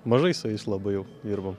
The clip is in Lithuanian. mažai su jais labai jau dirbu